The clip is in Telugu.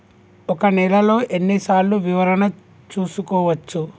ఒక నెలలో ఎన్ని సార్లు వివరణ చూసుకోవచ్చు?